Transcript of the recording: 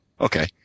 Okay